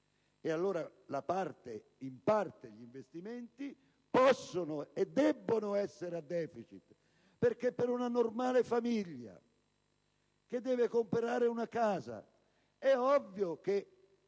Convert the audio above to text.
E allora in parte gli investimenti possono e debbono essere a deficit. Perché una normale famiglia che deve comperare una casa, è ovvio,